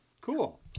Cool